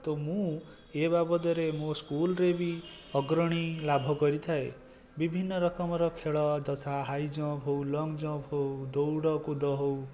ତ ମୁଁ ଏ ବାବଦରେ ମୋ ସ୍କୁଲରେ ବି ଅଗ୍ରଣୀ ଲାଭ କରିଥାଏ ବିଭିନ୍ନ ରକମର ଖେଳ ତଥା ହାଇଜମ୍ପ ହେଉ ଲଙ୍ଗ୍ ଜମ୍ପ ହେଉ ଦୌଡ଼ କୁଦ ହେଉ